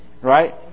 Right